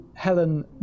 Helen